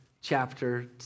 chapter